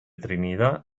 trinidad